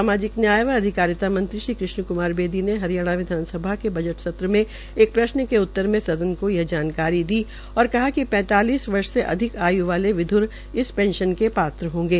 सामाजिक न्याय व अधिकारिता मंत्री श्री कृष्ण कुमार बेदी ने हरियाणा विधानसभा के बजट सत्र में एक प्रश्न के उत्तर में सदन को यह जानकारी दी और कहा कि पैंतालिस वर्ष से अधिक आय् वाले विध्र इस पेंशन के पात्र होंगे